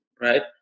right